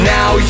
Now